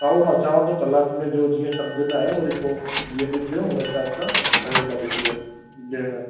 भाऊ मां अचांव थो कलाकु खनि में जो जीअं सम्झ में आयो वरी पोइ जीअं बि थियो उन हिसाब सां खणी था ॾिसजनि जैणा